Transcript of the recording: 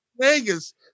Vegas